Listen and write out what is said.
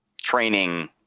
training